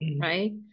right